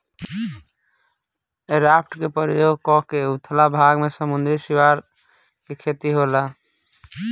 raft के प्रयोग क के उथला भाग में समुंद्री सिवार के खेती होला